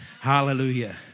Hallelujah